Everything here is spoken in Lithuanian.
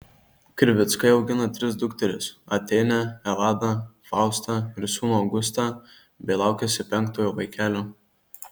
krivickai augina tris dukteris atėnę eladą faustą ir sūnų augustą bei laukiasi penktojo vaikelio